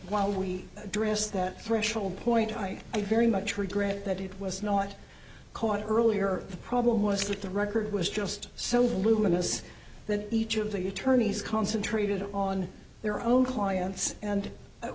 while we address that threshold point i i very much regret that it was not caught earlier the problem was that the record was just so luminous that each of the attorneys concentrated on their own clients and